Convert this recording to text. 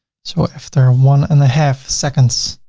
so after one and a half seconds.